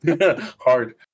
Hard